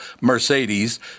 Mercedes